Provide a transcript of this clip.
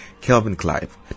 Kelvin-Clive